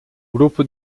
grupo